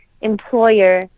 employer